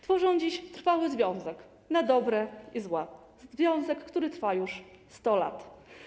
Tworzą dziś trwały związek na dobre i złe, związek, który trwa już 100 lat.